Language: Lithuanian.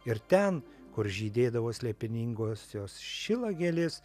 ir ten kur žydėdavo slėpiningosios šilagėlės